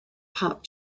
pop